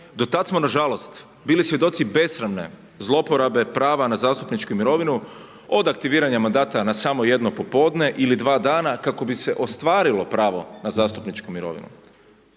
Do tad smo nažalost bili svjedoci besramne zlouporabe prava na zastupničke mirovine od aktiviranja mandata na samo jedno popodne ili samo dva dana kako bi se ostvarilo pravo na zastupničke mirovine.